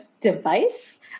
device